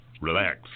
relax